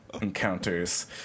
encounters